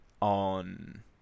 on